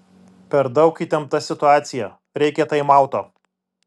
per daug įtempta situacija reikia taimauto